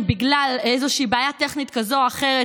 בגלל איזו בעיה טכנית כזאת או אחרת,